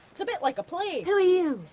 it's a bit like a play! who are you?